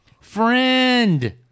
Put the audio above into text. Friend